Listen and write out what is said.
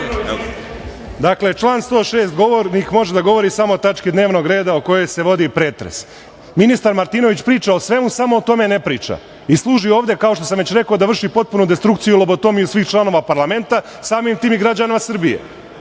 Dakle, član 106. Govornik može da govori samo o tački dnevnog reda o kojoj se vodi pretres. Ministar Martinović priča o svemu, samo o tome ne priča i služi ovde, kao što sam već rekao, da vrši potpunu destrukciju i lobotomiju svih članova parlamenta, samim tim i građana Srbije. Dakle,